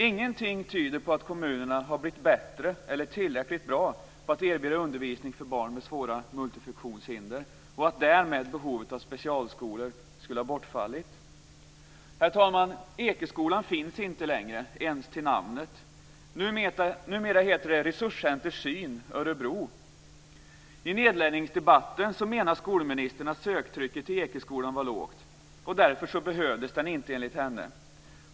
Ingenting tyder på att kommunerna har blivit bättre eller tillräckligt bra på att erbjuda undervisning för barn med svåra multifunktionshinder och att därmed behovet av specialskolor skulle ha bortfallit. Herr talman! Ekeskolan finns inte längre, inte ens till namnet. Numera heter det Resurscenter syn Örebro. I nedläggningsdebatten menade skolministern att söktrycket till Ekeskolan var lågt och att den därför inte behövdes, enligt henne.